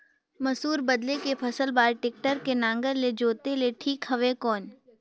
मसूर बदले के फसल बार टेक्टर के नागर ले जोते ले ठीक हवय कौन?